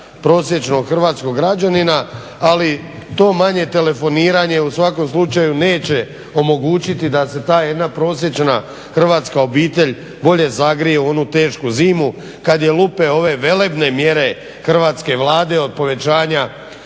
prosječnog hrvatskog građanina, ali to manje telefoniranje u svakom slučaju neće omogućiti da se ta jedna prosječna hrvatska obitelj bolje zagrije u onu tešku zimu kad je lupe ove velebne mjere hrvatske Vlade od povećanja